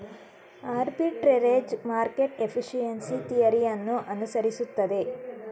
arbitrage market efficiency theory ಅನ್ನು ಅನುಸರಿಸುತ್ತದೆ